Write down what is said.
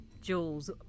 Jules